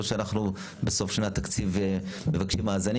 או שאנחנו בסוף שנת תקציב מבקשים מאזנים